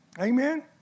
Amen